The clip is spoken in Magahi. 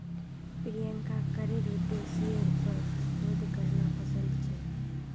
प्रियंकाक करेर उद्देश्येर पर शोध करना पसंद छेक